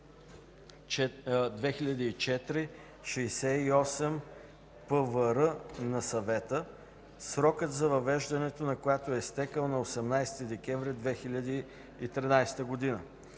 2004/68/ПВР на Съвета, срокът за въвеждането на която е изтекъл на 18 декември 2013 г.